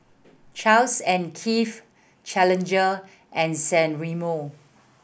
Charles and Keith Challenger and San Remo